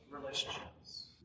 relationships